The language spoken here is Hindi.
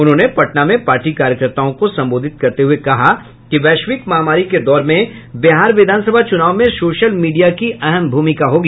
उन्होंने पटना में पार्टी कार्यकर्ताओं को संबोधित करते हुये कहा कि वैश्विक महामारी के दौर में बिहार विधानसभा चुनाव में सोशल मीडिया की अहम भूमिका होगी